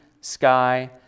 sky